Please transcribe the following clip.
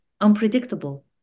unpredictable